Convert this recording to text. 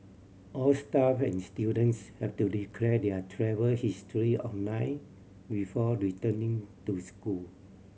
all staff and students have to declare their travel history online before returning to school